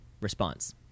Response